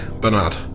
Bernard